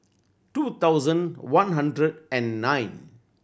two thousand one hundred and nine